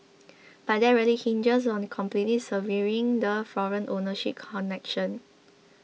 but that really hinges on completely severing the foreign ownership connection